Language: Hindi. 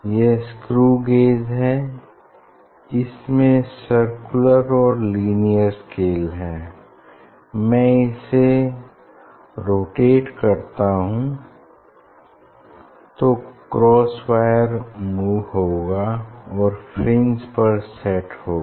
यह स्क्रू गेज है इसमें सर्कुलर और लीनियर स्केल है मैं इसे रोटेट करता हूँ तो क्रॉस वायर मूव होगा और फ्रिंज पर सेट होगा